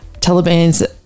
Taliban's